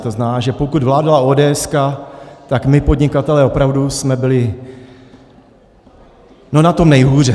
To znamená, že pokud vládla ódéeska, tak my podnikatelé opravdu jsme byli na tom nejhůře.